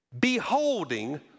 beholding